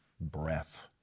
breath